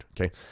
Okay